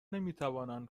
نمیتوانند